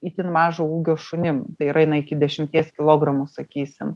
itin mažo ūgio šunim tai yra na iki dešimties kilogramų sakysim